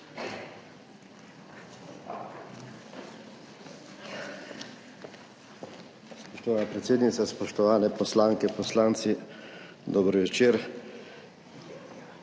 Spoštovana predsednica, spoštovane poslanke, poslanci, dober večer!